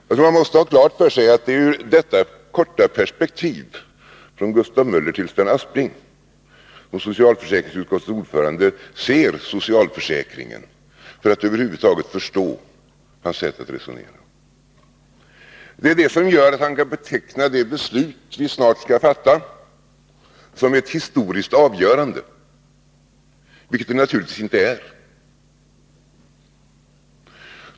Jag tror att man måste ha klart för sig att det är ur detta korta perspektiv — från Gustav Möller till Sven Aspling — som socialförsäkringsutskottets ordförande ser socialförsäkringen för att över huvud taget förstå hans sätt att resonera. Det är det som gör att han kan beteckna det beslut som vi snart skall fatta som ett historiskt avgörande, vilket det naturligtvis inte är.